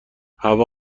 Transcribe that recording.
هوا